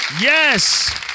Yes